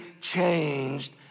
changed